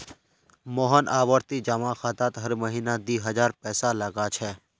मोहन आवर्ती जमा खातात हर महीना दी हजार पैसा लगा छे